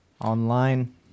online